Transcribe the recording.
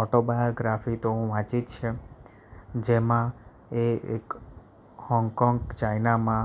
autobiography તો હું વાંચી જ છે જેમાં એ એક હોંગકોંગ ચાઇનામાં